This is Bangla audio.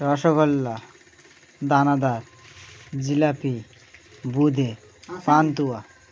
রসগোল্লা দানাাদার জিলাপি বোঁদে পান্তুয়া